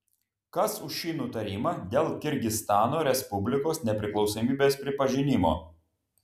kas už šį nutarimą dėl kirgizstano respublikos nepriklausomybės pripažinimo